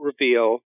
reveal